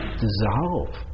dissolve